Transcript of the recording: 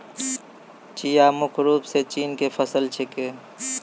चिया मुख्य रूप सॅ चीन के फसल छेकै